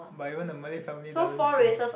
but even the Malay family doesn't say anything